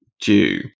due